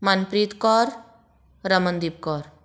Manpreet Kaur Ramandeep Kaur